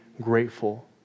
grateful